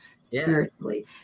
spiritually